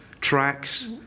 tracks